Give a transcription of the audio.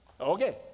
Okay